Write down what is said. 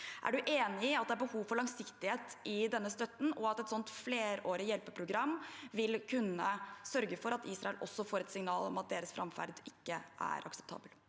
enig i at det er behov for langsiktighet i denne støtten, og at et sånt flerårig hjelpeprogram vil kunne sørge for at Israel også får et signal om at deres framferd ikke er akseptabel?